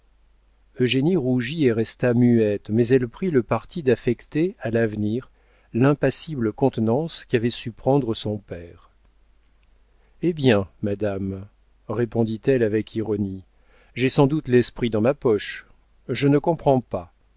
poche eugénie rougit et resta muette mais elle prit le parti d'affecter à l'avenir l'impassible contenance qu'avait su prendre son père eh bien madame répondit-elle avec ironie j'ai sans doute l'esprit dans ma poche je ne comprends pas